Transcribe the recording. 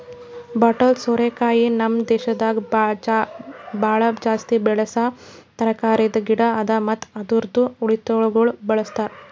bottle ಸೋರೆಕಾಯಿ ನಮ್ ದೇಶದಾಗ್ ಭಾಳ ಜಾಸ್ತಿ ಬೆಳಸಾ ತರಕಾರಿದ್ ಗಿಡ ಅದಾ ಮತ್ತ ಅದುರ್ದು ಎಳಿಗೊಳನು ಬಳ್ಸತಾರ್